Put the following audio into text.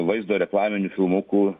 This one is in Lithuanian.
vaizdo reklaminių filmukų